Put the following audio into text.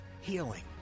healing